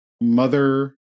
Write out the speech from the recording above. mother